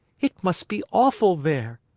it must be awful there.